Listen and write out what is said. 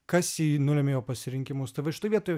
kas jį nulemia jo pasirinkimus tai va šitoj vietoj